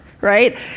right